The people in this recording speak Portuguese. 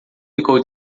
ficou